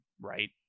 right